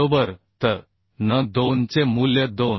बरोबर तर n2 चे मूल्य 2